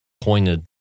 pointed